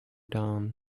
dawn